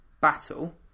battle